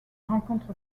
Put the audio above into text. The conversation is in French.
rencontre